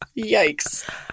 Yikes